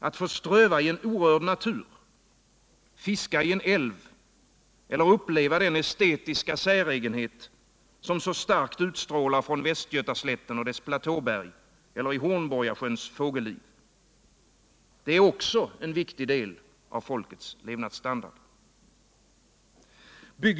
Att få ströva i en orörd natur, fiska i en äfv eller uppleva den estetiska säregenhet som så starkt utstrålar från Västgötaslätten och dess platåberg eller från Hornborgasjöns fågelliv är också en viktig del av folkets levnadsstandard.